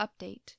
update